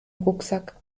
rucksack